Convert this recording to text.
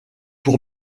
pour